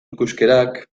ikuskerak